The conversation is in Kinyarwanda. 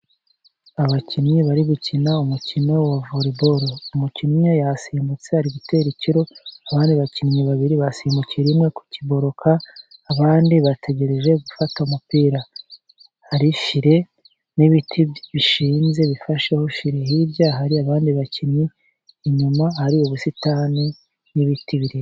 Abakinnyi bari gukina umukino wa voreboro. Umukinnyi yasimbutse ari gutera ikiro, abandi bakinnyi babiri basimbukira rimwe ku kiboroka. Abandi bategereje gufata umupira, hari fire n'ibiti bishinze bifasheho fire. Hirya hari abandi bakinnyi, inyuma hari ubusitani n'ibiti birimo.